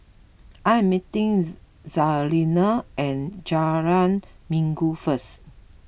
I am meeting Jazlene at Jalan Minggu first